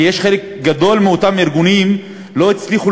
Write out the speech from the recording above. כי חלק גדול מאותם ארגונים שלא הצליחו